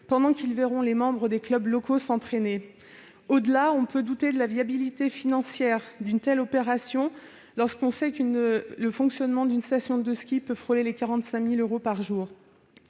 pendant qu'ils verront les membres des clubs locaux s'entraîner ? Au-delà, on peut douter de la viabilité financière d'une telle opération, lorsque l'on sait que le coût du fonctionnement journalier d'une station peut frôler les 45 000 euros.